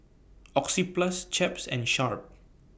Oxyplus Chaps and Sharp